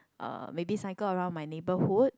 uh maybe cycle around my neighbourhood